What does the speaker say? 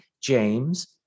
James